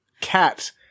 cat